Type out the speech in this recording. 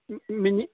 minute